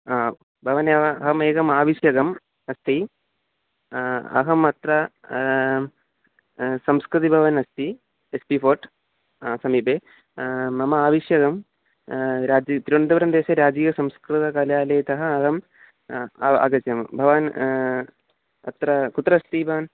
भवान् एव अहम् एकम् आवश्यकम् अस्ति अहम् अत्र संस्कृतिभवन् अस्ति एस् पी फ़ोर्ट् समीपे मम आवश्यकं रात्रौ तिरुवनन्तपुरं देशे राज्य संस्कृतकार्यालयतः अहम् आगच्छामि भवान् अत्र कुत्र अस्ति भवान्